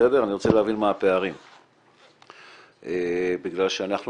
אני רוצה להבין מה הפערים מכיוון שאנחנו